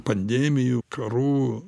pandemijų karų